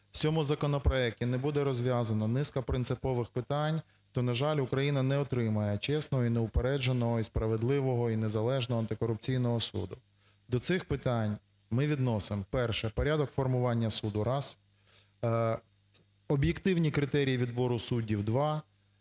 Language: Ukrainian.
в цьому законопроекті не буде розв'язана низка принципових питань, то, на жаль, Україна не отримає чесного і неупередженого, і справедливого, і незалежного антикорупційного суду. До цих питань ми відносимо: перше – порядок формування суду – раз; об'єктивні критерії відбору суддів – два;